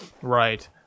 Right